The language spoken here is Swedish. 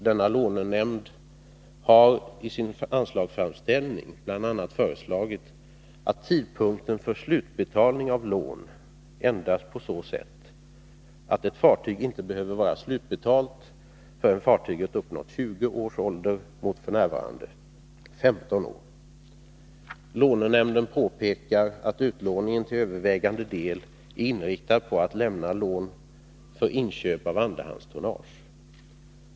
Denna lånenämnd har i sin anslagsframställning bl.a. föreslagit att tidpunkten för slutbetalning av lån ändras på så sätt att ett fartyg inte behöver vara slutbetalt förrän fartyget uppnått 20 års ålder mot f. n. 15 år. Lånenämnden påpekar att utlåningen till övervägande del är inriktad på att lämna lån för inköp av andrahandstonnage.